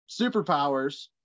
superpowers